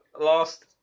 last